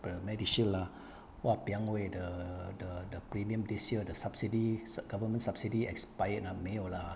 per~ medishield lah !wahpiang! !whoa! the the the premium this year the subsidy sub the government subsidy expired ah 没有了 ah